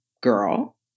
girl